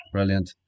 Brilliant